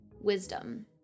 Wisdom